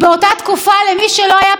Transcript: למי שלא היה פנקס אדום,